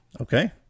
Okay